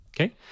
Okay